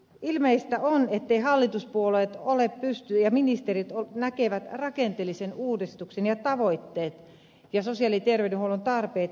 ilmeistä on että hallituspuolueet ja ministerit näkevät rakenteellisen uudistuksen ja tavoitteet ja sosiaali ja terveydenhuollon tarpeet eri lailla